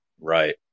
Right